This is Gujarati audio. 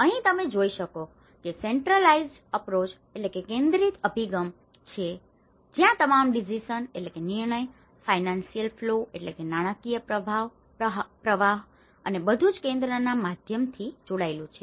તમે અહીં જે જોઈ રહ્યા છો તે સેન્ટ્રલાઇઝેડ્ અપ્રોચ centralized approach કેન્દ્રિત અભિગમ છે જ્યાં તમામ ડિસિઝન decision નિર્ણય ફાયનાન્સિયલ ફ્લો financial flows નાણાકીય પ્રવાહ અને બધું જ કેન્દ્રના માધ્યમથી જોડાયેલું છે